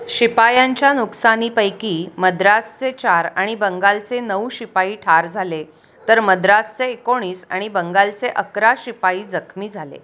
शिपायांच्या नुकसानीपैकी मद्रासचे चार आणि बंगालचे नऊ शिपाई ठार झाले तर मद्रासचे एकोणीस आणि बंगालचे अकरा शिपाई जखमी झाले